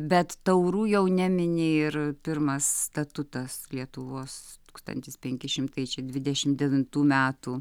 bet taurų jau nemini ir pirmas statutas lietuvos tūkstantis penki šimtai čia dvidešim devintų metų